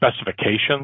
specifications